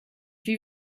wie